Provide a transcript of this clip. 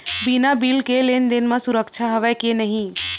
बिना बिल के लेन देन म सुरक्षा हवय के नहीं?